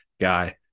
guy